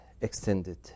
extended